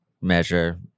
measure